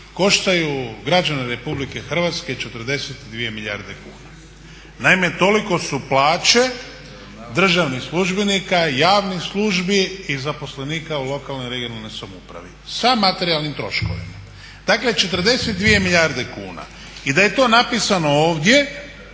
koštaju građane RH 42 milijarde kuna? Naime, toliko su plaće državnih službenika, javnih službi i zaposlenika u lokalnoj, regionalnoj samoupravi sa materijalnim troškovima. Dakle 42 milijarde kuna i da je to napisano ovdje